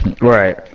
Right